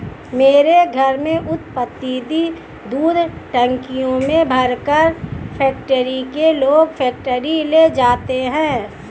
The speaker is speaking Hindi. मेरे घर में उत्पादित दूध टंकियों में भरकर फैक्ट्री के लोग फैक्ट्री ले जाते हैं